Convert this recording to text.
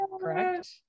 correct